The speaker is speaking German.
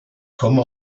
komme